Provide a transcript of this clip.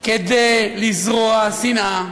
כדי לזרוע שנאה,